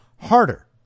harder